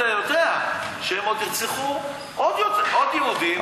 אתה יודע שהם ירצחו עוד יהודים.